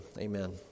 Amen